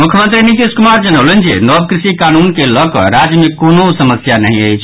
मुख्यमंत्री नीतीश कुमार जनौलनि जे नव कृषि कानून के लऽ कऽ राज्य मे कोनो समस्या नहि अछि